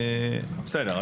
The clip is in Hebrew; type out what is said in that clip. בסדר.